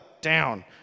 Down